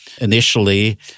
Initially